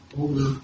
over